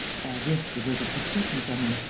all this diverted suspicion from him.